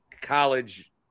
college